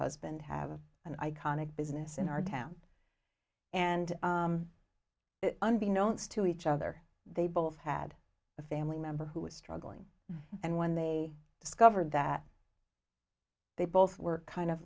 husband have an iconic business in our town and unbeknownst to each other they both had a family member who was struggling and when they discovered that they both were kind of